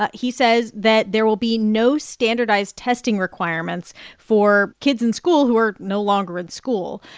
ah he says that there will be no standardized testing requirements for kids in school, who are no longer in school.